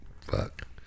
Fuck